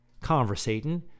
conversating